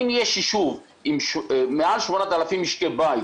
אם יש יישוב של מעל 8,000 משקי בית,